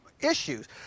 Issues